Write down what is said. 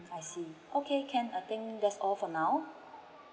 I see okay can I think that's all for now